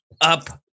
Up